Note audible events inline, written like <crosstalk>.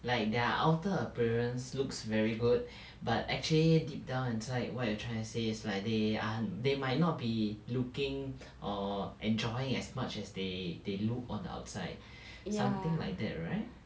like their outer appearance looks very good but actually deep down inside what you trying to say is like they are they might not be looking or enjoying as much as they they look on the outside <breath> something like that right